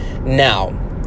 Now